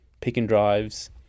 pick-and-drives